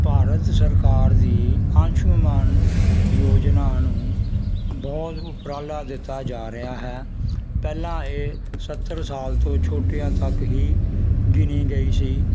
ਭਾਰਤ ਸਰਕਾਰ ਦੀ ਆਯੂਸ਼ਮਾਨ ਯੋਜਨਾ ਨੂੰ ਬਹੁਤ ਉਪਰਾਲਾ ਦਿੱਤਾ ਜਾ ਰਿਹਾ ਹੈ ਪਹਿਲਾਂ ਇਹ ਸੱਤਰ ਸਾਲ ਤੋਂ ਛੋਟਿਆਂ ਤੱਕ ਹੀ ਗਿਣੀ ਗਈ ਸੀ